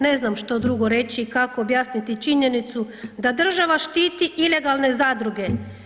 Ne znam što drugo reći i kako objasniti činjenicu da država štiti ilegalne zadruge.